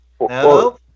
No